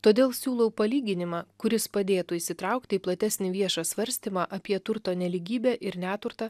todėl siūlau palyginimą kuris padėtų įsitraukti į platesnį viešą svarstymą apie turto nelygybę ir neturtą